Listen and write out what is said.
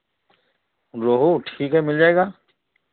रोहू ठीक है मिल जाएगा